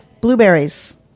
Blueberries